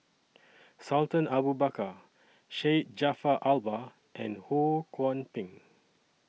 Sultan Abu Bakar Syed Jaafar Albar and Ho Kwon Ping